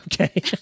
Okay